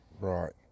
Right